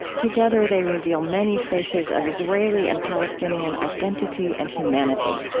together they reveal many faces of israeli and palestinian identity and humanity.